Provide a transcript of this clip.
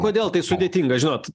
kodėl tai sudėtinga žinot